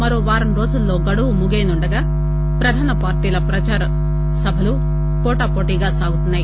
మరో వారం రోజుల్లో గడువు ముగియనుండగా ప్రధాన పార్టీల ప్రదార సభలు పోటాపోటీగా సాగుతున్నాయి